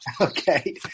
Okay